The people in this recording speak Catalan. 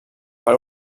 per